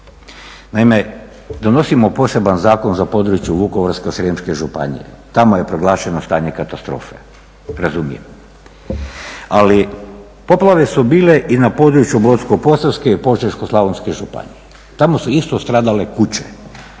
Naime, donosimo poseban zakon za područje Vukovarsko-srijemske županije, tamo je proglašeno stanje katastrofe, razumijem, ali poplave su bile i na području Brodsko-posavske i Požeško-slavonske županije. Tamo su isto stradale kuće,